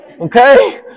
Okay